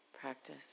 practice